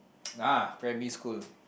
ah primary school